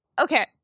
okay